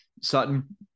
Sutton